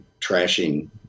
trashing